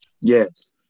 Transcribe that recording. Yes